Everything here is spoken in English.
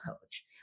coach